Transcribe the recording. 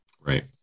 right